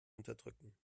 unterdrücken